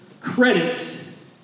credits